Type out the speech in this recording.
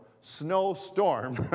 snowstorm